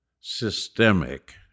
systemic